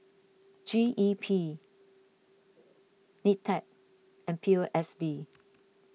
G E P Nitec and P O S B